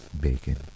bacon